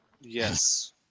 Yes